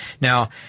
Now